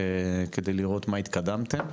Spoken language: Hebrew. כדי לראות מה התקדמתם.